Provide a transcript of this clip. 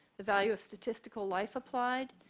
the value of statistical life applied,